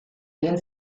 egin